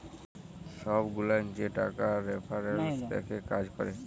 ছব গুলান যে টাকার রেফারেলস দ্যাখে কাজ ক্যরে